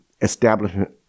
establishment